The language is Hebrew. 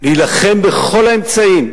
להילחם בכל האמצעים,